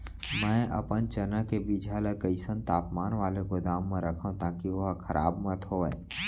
मैं अपन चना के बीजहा ल कइसन तापमान वाले गोदाम म रखव ताकि ओहा खराब मत होवय?